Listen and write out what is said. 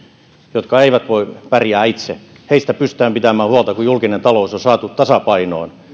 jotka eivät pärjää itse heistä pystytään pitämään huolta kun julkinen talous on saatu tasapainoon